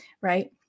right